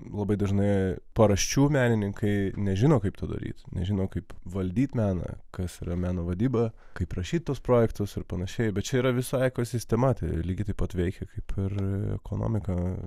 labai dažnai paraščių menininkai nežino kaip tą daryt nežino kaip valdyt meną kas yra meno vadyba kaip rašyt tuos projektus ir panašiai bet čia yra visa ekosistema tai lygiai taip pat veikia kaip ir ekonomika